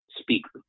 speaker